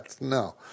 No